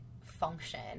function